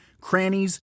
crannies